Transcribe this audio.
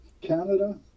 Canada